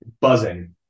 buzzing